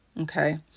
Okay